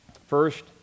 First